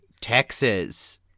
texas